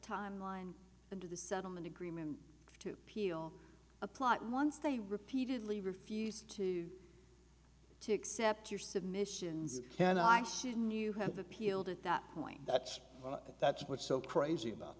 time line into the settlement agreement to peel a plot once they repeatedly refused to accept your submissions can i shouldn't you have appealed at that point that's that's what's so crazy about